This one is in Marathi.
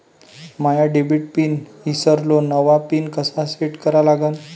माया डेबिट पिन ईसरलो, नवा पिन कसा सेट करा लागन?